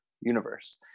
universe